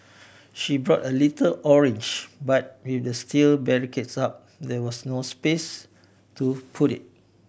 she brought a little orange but with the steel barricades up there was no space to put it